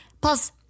Plus